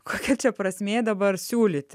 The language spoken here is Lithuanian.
kokia prasmė dabar siūlyti